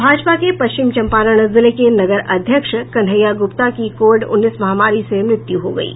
भाजपा के पश्चिम चंपारण जिले के नगर अध्यक्ष कन्हैया ग्रुप्ता की कोविड उन्नीस महामारी से मृत्यु हो गयी